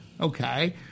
Okay